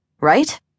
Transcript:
Right